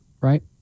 right